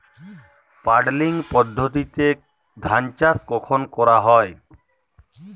Puddling পদ্ধতিতে ধান চাষ কখন করা হয়?